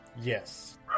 Yes